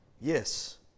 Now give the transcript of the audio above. Yes